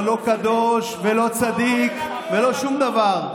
אתה לא קדוש ולא צדיק ולא שום דבר.